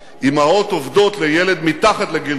אמהות עובדות עם ילד מתחת לגיל חמש